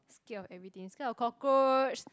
scared of everything scared of cockroach